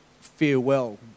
farewell